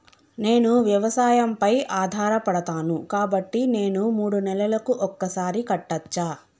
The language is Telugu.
నేను వ్యవసాయం పై ఆధారపడతాను కాబట్టి నేను మూడు నెలలకు ఒక్కసారి కట్టచ్చా?